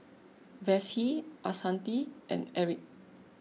Vassie Ashanti and Erick